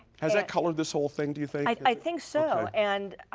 has that colored this whole thing, do you think? i think so. and